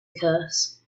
curse